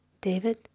David